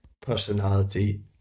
personality